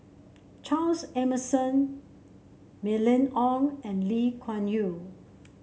Charles Emmerson Mylene Ong and Lee Kuan Yew